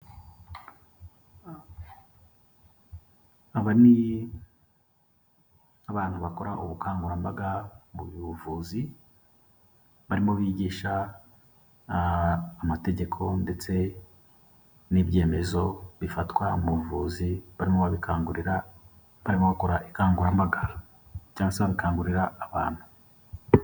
Aba nk'abantu bakora ubukangurambaga mu buvuzi, barimo bigisha amategeko ndetse n'ibyemezo bifatwa mu buvuzi barimo babikangurira barimo bakora ubukangurambaga cyangwa se barakangurira abantu.